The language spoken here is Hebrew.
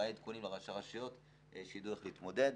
היו עדכונים לראשי הרשויות שידעו איך להתמודד.